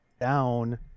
down